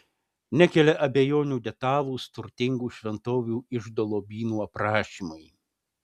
nekelia abejonių detalūs turtingų šventovių iždo lobynų aprašymai